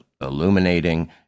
illuminating